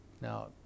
Now